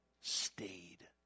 stayed